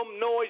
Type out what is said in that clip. noise